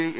I A